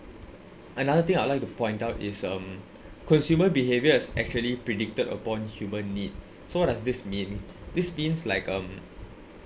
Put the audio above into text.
another thing I like to point out is um consumer behaviours actually predicted upon human need so what does this mean this means like um